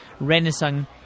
Renaissance